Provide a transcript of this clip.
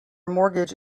mortgage